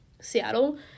Seattle